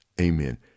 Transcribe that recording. Amen